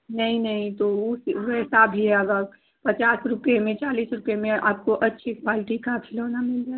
नहीं नहीं तो ऊंट हिसाब लिया था पचास रुपये में चालीस रुपये में आपको अच्छी क्वालिटी का खिलौना मिल जाएगा